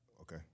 Okay